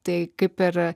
tai kaip ir